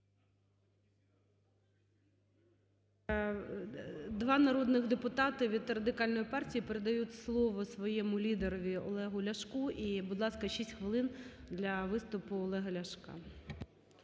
Два народних депутати від Радикальної партії передають слово своєму лідерові Олегу Ляшку. І, будь ласка, шість хвилин для виступу Олега Ляшка.